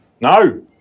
No